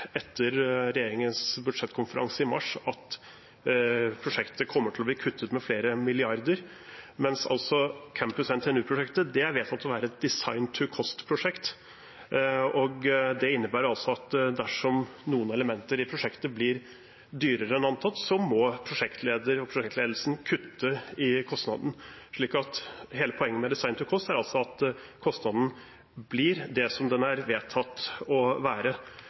at prosjektet kommer til å bli kuttet med flere milliarder, mens campus NTNU-prosjektet er vedtatt å være et «design-to-cost»-prosjekt. Det innebærer at dersom noen elementer i prosjektet blir dyrere enn antatt, må prosjektleder og prosjektledelsen kutte i kostnaden. Hele poenget med «design-to-cost» er altså at kostnaden blir det den er vedtatt å være.